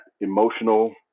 emotional